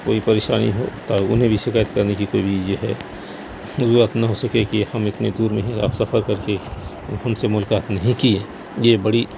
کوئی پریشانی ہو تو انہیں بھی شکایت کرنے کی کوئی بھی یہ ہے وجوہات نہ ہو سکے کہ ہم اتنے دور میں ہیں آپ سفر کر کے ہم سے ملاقات نہیں کیے یہ بڑی